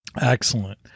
Excellent